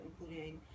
including